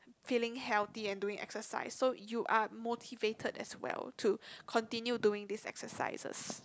feeling healthy and doing exercise so you are motivated as well to continue doing these exercises